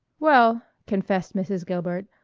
well, confessed mrs. gilbert,